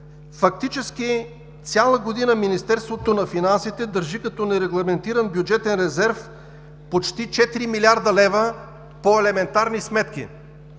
Фактически цяла година Министерството на финансите държи като нерегламентиран бюджетен резерв почти четири милиарда лева по елементарни сметки.